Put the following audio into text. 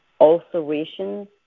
ulcerations